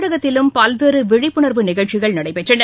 தமிழகத்திலும் பல்வேறு விழிப்புணர்வு நிகழ்ச்சிகள் நடைபெற்றன